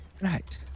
Right